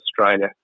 Australia